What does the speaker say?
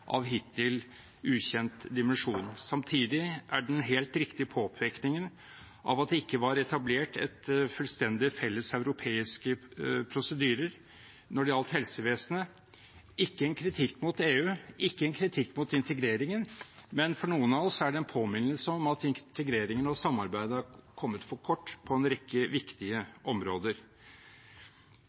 av hittil ukjent dimensjon. Samtidig er den helt riktige påpekningen av at det ikke var etablert fullstendige felleseuropeiske prosedyrer når det gjaldt helsevesenet, ikke en kritikk mot EU, ikke en kritikk mot integreringen, men for noen av oss er det en påminnelse om at integreringen og samarbeidet har kommet for kort på en rekke viktige områder.